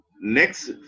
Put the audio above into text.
next